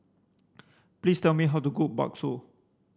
please tell me how to cook Bakso